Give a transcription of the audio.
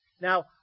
Now